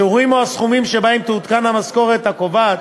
השיעורים או הסכומים שבהם תעודכן המשכורת הקובעת